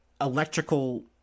electrical